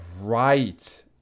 Right